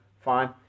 Fine